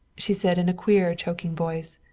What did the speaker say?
she said in a queer choking voice.